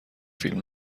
فیلم